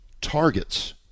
targets